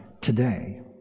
today